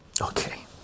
okay